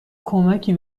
کمکی